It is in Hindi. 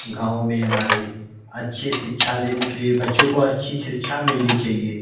गाँव में हमारे अच्छी शिक्षा लेने के लिए बच्चों को अच्छी शिक्षा मिलनी चाहिए